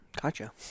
Gotcha